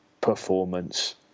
performance